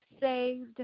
saved